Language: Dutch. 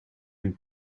een